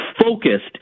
focused